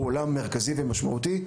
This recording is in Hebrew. הוא עולם מרכזי ומשמעותי,